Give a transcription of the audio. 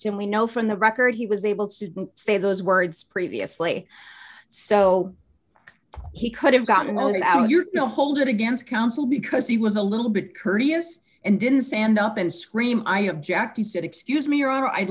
object and we know from the record he was able to say those words previously so he could have gotten over that you're no hold it against council because he was a little bit courteous and didn't stand up and scream i object he said excuse me or i'd